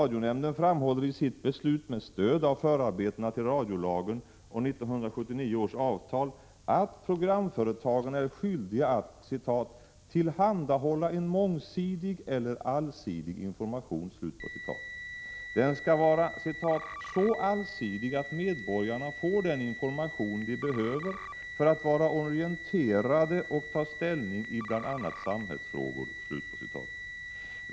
Radionämnden framhåller i sitt beslut, med stöd av förarbetena till radiolagen och 1979 års avtal, att programföretagen är skyldiga att ”tillhandahålla en mångsidig eller allsidig information”. Den skall vara ”så allsidig att medborgarna får den information de behöver för att vara orienterade och ta ställning i bl.a. samhällsfrågor”.